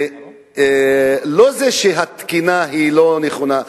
לא שהתקינה היא לא נכונה.